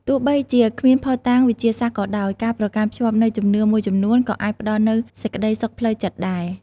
ទោះបីជាគ្មានភស្តុតាងវិទ្យាសាស្ត្រក៏ដោយ ការប្រកាន់ខ្ជាប់នូវជំនឿមួយចំនួនក៏អាចផ្តល់នូវសេចក្តីសុខផ្លូវចិត្តដែរ ។